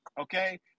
okay